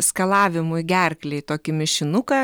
skalavimui gerklei tokį mišinuką